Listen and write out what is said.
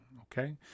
okay